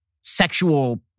sexual